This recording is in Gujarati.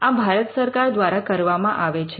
આ ભારત સરકાર દ્વારા કરવામાં આવે છે